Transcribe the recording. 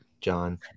John